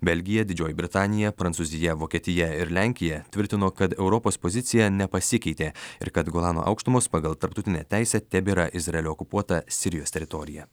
belgija didžioji britanija prancūzija vokietija ir lenkija tvirtino kad europos pozicija nepasikeitė ir kad golano aukštumos pagal tarptautinę teisę tebėra izraelio okupuota sirijos teritorija